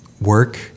work